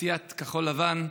תעשיית כחול-לבן.